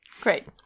Great